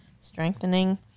strengthening